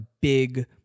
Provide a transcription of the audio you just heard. big